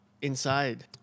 inside